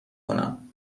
کنم